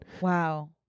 Wow